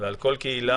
ועל כל קהילה.